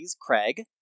Craig